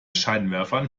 scheinwerfern